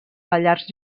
pallars